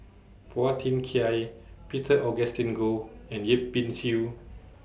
Phua Thin Kiay Peter Augustine Goh and Yip Pin Xiu